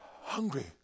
Hungry